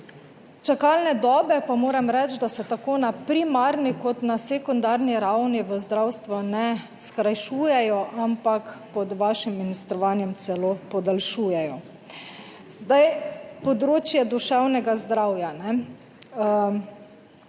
Čakalne dobe pa moram reči, da se tako na primarni kot na sekundarni ravni v zdravstvu ne skrajšujejo, ampak pod vašim ministrovanjem celo podaljšujejo. Področje duševnega zdravja,